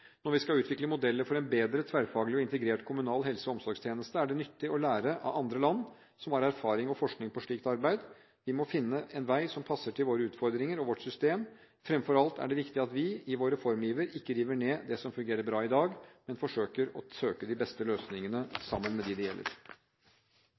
Når vi skal utvikle modeller for en bedre tverrfaglig og integrert kommunal helse- og omsorgstjeneste, er det nyttig å lære av andre land som har erfaring og forskning på slikt arbeid. Vi må finne en vei som passer til våre utfordringer og vårt system. Fremfor alt er det viktig at vi i vår reformiver ikke river ned det som fungerer bra i dag, men forsøker å søke de beste løsningene